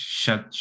shut